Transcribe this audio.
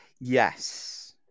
Yes